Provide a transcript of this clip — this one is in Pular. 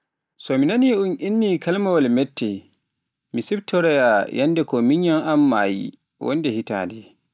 So mi naani un inni kalimawaal mette, mi siftoroyaa yannde ko minyan am mayi, wonde hitande.